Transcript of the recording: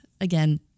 again